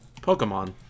Pokemon